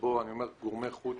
שבו גורמי חוץ,